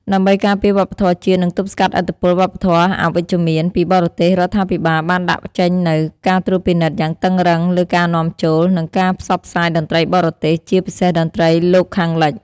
ដើម្បីការពារវប្បធម៌ជាតិ និងទប់ស្កាត់ឥទ្ធិពលវប្បធម៌ "អវិជ្ជមាន" ពីបរទេស រដ្ឋាភិបាលបានដាក់ចេញនូវ ការត្រួតពិនិត្យយ៉ាងតឹងរ៉ឹង លើការនាំចូល និងការផ្សព្វផ្សាយតន្ត្រីបរទេស ជាពិសេសតន្ត្រីលោកខាងលិច។